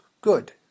good